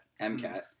MCAT